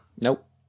Nope